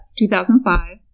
2005